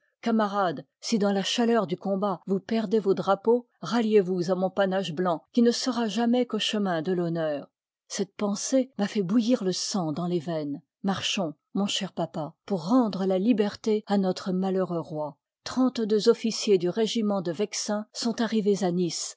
camarades si dans la chaleur du combat vous perdez os drapeaujc ralliez vous à mon panache blanc qui ne sera jamais qu'au chemin de vhonneur cette pensée m'a fait bouillir le sang dans les veines marchons l'tà t y mon cher papa pour rendre la liberté ur l à notre malheureux roi trente deux officiers du régiment de vexin sont arrivés à nice